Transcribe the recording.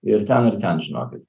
ir ten ir ten žinokit